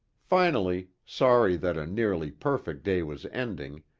finally, sorry that a nearly perfect day was ending,